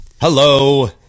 Hello